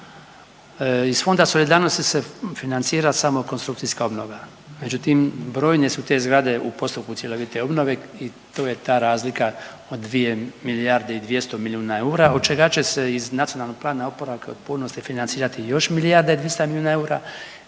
Iz Fonda solidarnosti se financira samo konstrukcijska obnova, međutim brojne su te zgrade u postupku cjelovite obnove i to je ta razlika od 2 milijarde i 200 milijuna eura, od čega će se iz NPOO-a financirati još milijarda i 200 milijuna eura